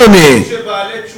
אדוני?